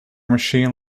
machine